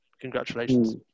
congratulations